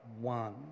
one